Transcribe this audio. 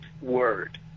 word